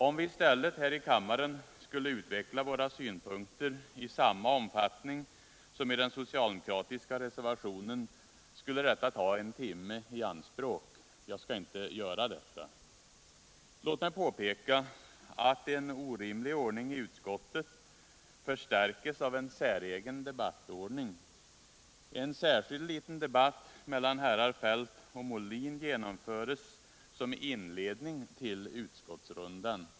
Om vi i stället här i kammaren skulle utveckla våra synpunkter i samma omfattning som man gör i den socialdemokratiska reservationen, skulle detta ta en timme i anspråk. Jag skall inte göra det. Låt mig påpeka att en orimlig ordning i utskottet förstärks av en säregen debattordning. En särskild liten debatt mellan herrar Feldt och Molin genomförs som inledning till utskottsrundan.